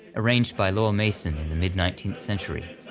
arranged by lowell mason in the mid-nineteenth century.